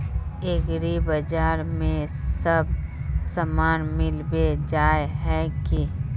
एग्रीबाजार में सब सामान मिलबे जाय है की?